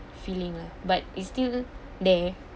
feeling lah but is still there